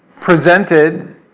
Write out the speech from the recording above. presented